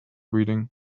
reading